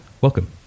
welcome